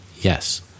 Yes